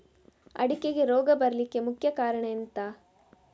ಅಡಿಕೆಗೆ ರೋಗ ಬರ್ಲಿಕ್ಕೆ ಮುಖ್ಯ ಕಾರಣ ಎಂಥ?